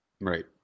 Right